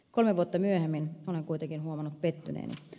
kolme vuotta myöhemmin olen kuitenkin huomannut pettyneeni